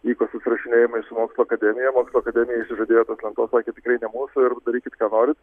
vyko susirašinėjimai ir su mokslų akademija mokslų akademija išsižadėjo tos lentos sakė tikrai ne mūsų ir darykit ką norit